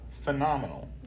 Phenomenal